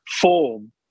form